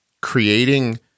creating